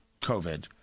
COVID